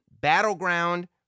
Battleground